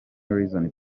reason